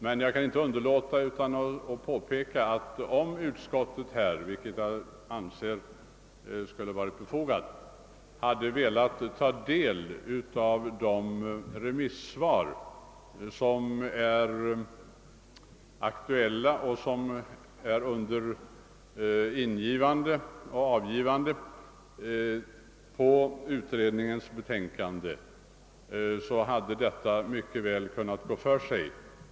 Men jag vill påpeka att om utskottet — vilket jag anser skulle ha varit befogat — hade velat ta del av de remissvar som har inkommit och är på gång, så hade detta mycket väl gått för sig.